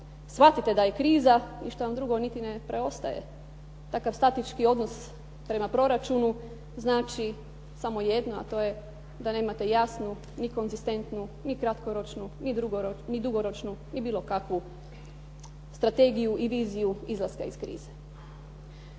shvatite da je kriza i što vam drugo niti ne preostaje, takav statički odnos prema proračunu znači samo jedno a to je da nemate jasnu, ni konzistentnu, ni kratkoročnu, ni dugoročnu ni bilo kakvu drugu strategiju i viziju izlaska iz krize.